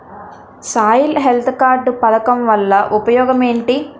Soil health card పథకం వల్ల ఉపయోగం ఏంటి?